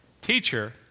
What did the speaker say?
teacher